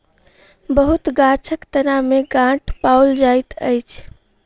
बहुत गाछक तना में गांठ पाओल जाइत अछि